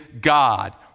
God